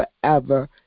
forever